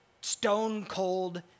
Stone-cold